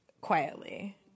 quietly